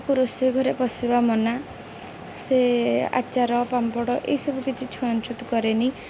ତାକୁ ରୋଷେଇ ଘରେ ପଶିବା ମନା ସେ ଆଚାର ପାମ୍ପଡ଼ ଏଇସବୁ କିଛି ଛୁଆଁ ଛୁତି କରେନି